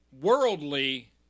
worldly